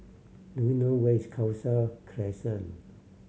do you know where is Khalsa Crescent